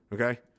Okay